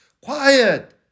quiet